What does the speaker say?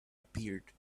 appeared